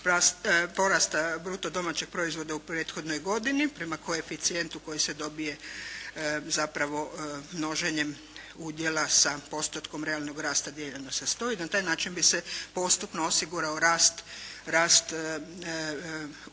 porasta bruto domaćeg proizvoda u prethodnoj godini prema koeficijentu koji se dobije zapravo množenjem udjela sa postotkom realnog rasta dijeljenog sa 100 i na taj način bi se postupno osigurao rast udjela